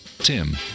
Tim